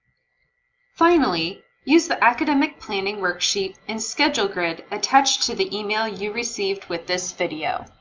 finally, use the academic planning worksheet and schedule grid attached to the email you received with this video.